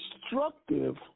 destructive